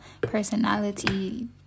personality